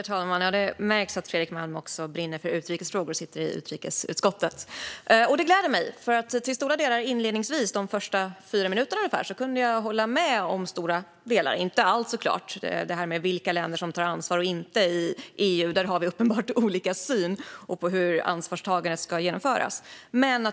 Herr talman! Det märks att Fredrik Malm brinner för utrikesfrågor och sitter i utrikesutskottet. Och det gläder mig, för jag kunde de första ungefär fyra minuterna hålla med honom om stora delar men inte om allt så klart. När det gäller vilka länder som tar ansvar och inte i EU har vi uppenbart olika syn och i frågan om hur ansvarstagandet ska genomföras.